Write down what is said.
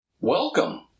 Welcome